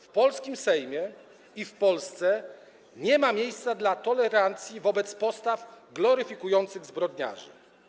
W polskim Sejmie i w Polsce nie ma miejsca na tolerancję wobec postaw gloryfikujących zbrodniarzy.